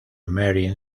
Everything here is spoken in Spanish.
marin